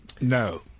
no